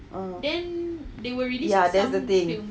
mm ya that's the thing